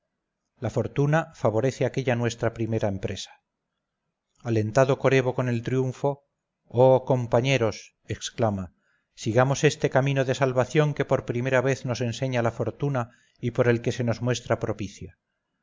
la fortuna favorece aquella nuestra primera empresa alentado corebo con el triunfo oh compañeros exclama sigamos este camino de salvación que por primera vez nos enseña la fortuna y por el que se nos muestra propicia